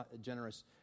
generous